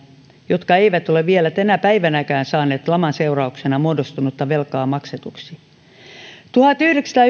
jotka eivät ole vielä tänä päivänäkään saaneet laman seurauksena muodostunutta velkaa maksetuksi tuhatyhdeksänsataayhdeksänkymmentä luvun